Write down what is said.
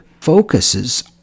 focuses